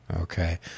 okay